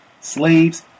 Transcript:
Slaves